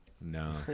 No